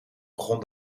begon